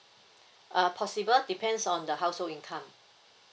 uh possible depends on the household income